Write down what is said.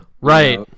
right